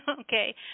Okay